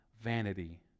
vanity